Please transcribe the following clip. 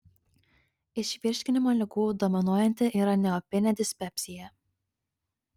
iš virškinimo ligų dominuojanti yra neopinė dispepsija